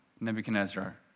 Nebuchadnezzar